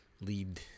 lead